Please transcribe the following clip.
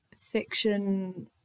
fiction